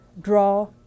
draw